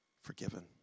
forgiven